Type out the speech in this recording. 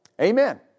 Amen